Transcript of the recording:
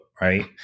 right